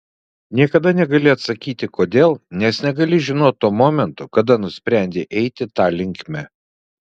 niekada negali atsakyti kodėl nes negali žinot to momento kada nusprendei eiti ta linkme